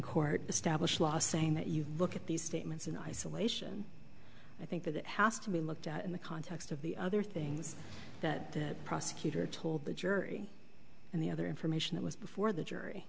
court establish law saying that you look at these statements in isolation i think that it has to be looked at in the context of the other things that the prosecutor told the jury and the other information that was before the jury